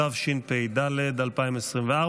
התשפ"ד 2024,